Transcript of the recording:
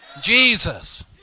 Jesus